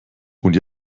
und